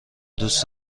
دوست